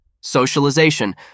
Socialization